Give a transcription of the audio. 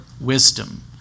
wisdom